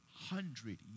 Hundred